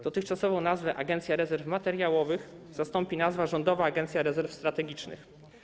Dotychczasową nazwę „Agencja Rezerw Materiałowych” zastąpi nazwa „Rządowa Agencja Rezerw Strategicznych”